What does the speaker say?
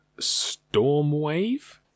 Stormwave